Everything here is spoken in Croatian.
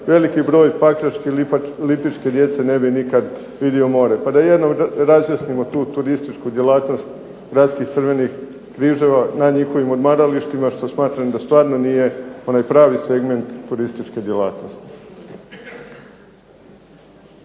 veliki broj pakračke i lipičke djece ne bi nikada vidio more. Pa da jednom razjasnimo tu turističku djelatnost gradskih crvenih križeva na njihovim odmaralištima što smatram da stvarno nije onaj pravi segment turističke djelatnosti.